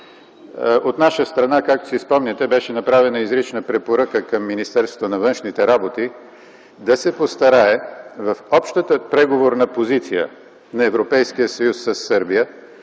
От наша страна, както си спомняте, беше направена изрична препоръка към Министерството на външните работи да се постарае в общата преговорна позиция на Европейския съюз със Сърбия